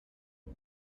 how